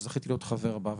שזכיתי להיות חבר בה.